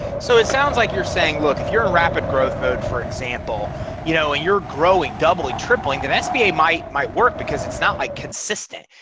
so it sounds like you're saying look if you're in rapid growth mode for example you know when you're growing doubling tripling the sba might, might work because it's not like consistent.